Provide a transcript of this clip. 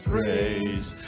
praise